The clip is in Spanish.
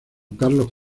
carlos